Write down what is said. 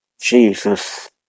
Jesus